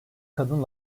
kadın